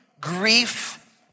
Grief